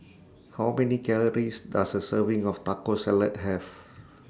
How Many Calories Does A Serving of Taco Salad Have